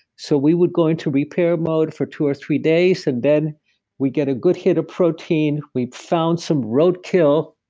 so, we would go into repair mode for two or three days and then we get a good head of protein, we found some roadkill,